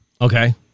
Okay